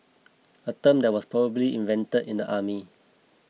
a term that was probably invented in the army